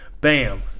bam